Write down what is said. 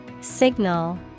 Signal